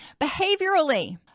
Behaviorally